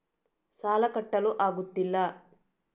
ಸಾಲ ಕಟ್ಟಲು ಆಗುತ್ತಿಲ್ಲ